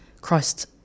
Christ